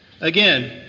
again